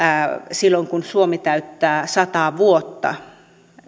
silloin kun suomi täyttää sata vuotta